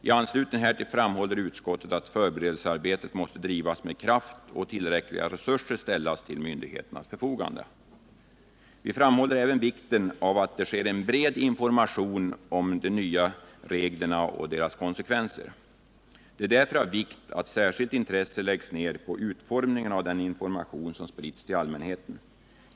I anslutning härtill framhåller utskottet att förberedelsearbetet måste bedrivas med kraft och tillräckliga resurser ställas till myndigheternas förfogande. Vi framhåller även vikten av en bred information om de nya reglerna och deras konsekvenser. Det är därför viktigt att det läggs ned ett särskilt intresse på utformningen av informationen till allmänheten.